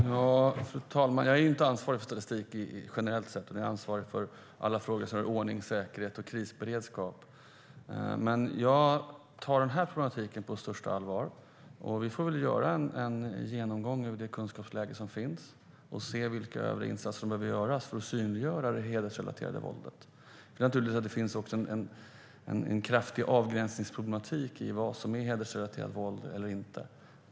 Fru talman! Jag är inte ansvarig för statistik generellt sett, utan jag är ansvarig för alla frågor som rör ordning, säkerhet och krisberedskap. Man jag tar dessa problem på största allvar. Vi får göra en genomgång av kunskapsläget och se vilka övriga insatser som behöver göras för att synliggöra det hedersrelaterade våldet. Det finns naturligtvis ett kraftigt avgränsningsproblem i vad som är hedersrelaterat våld eller inte.